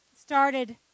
started